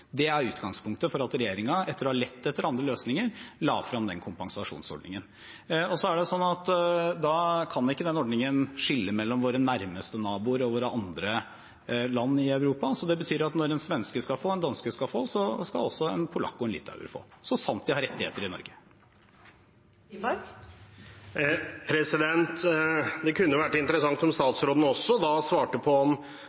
Det er utgangspunktet for at regjeringen etter å ha lett etter andre løsninger la frem den kompensasjonsordningen. Da kan ikke den ordningen skille mellom våre nærmeste naboer og andre land i Europa. Det betyr at når en svenske skal få, og en danske skal få, skal også en polakk og en litauer få – så sant de har rettigheter i Norge. Erlend Wiborg – til oppfølgingsspørsmål. Det kunne vært interessant om